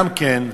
גם כן,